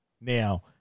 Now